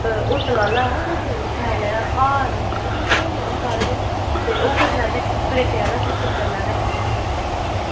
hotel आह्ला hotel Shail ऐ हाल अंदर ऐ ते उत्थें होई जाना सारा किश ते ओह् करी लैन्ने प्लेटें आह्ला सिस्टम करी लैन्ने